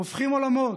הופכים עולמות,